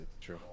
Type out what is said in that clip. true